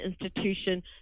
institution